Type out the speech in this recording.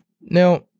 Now